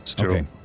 Okay